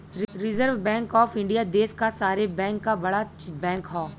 reserve bank of India देश क सारे बैंक क बड़ा बैंक हौ